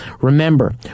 Remember